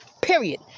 Period